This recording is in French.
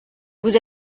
vous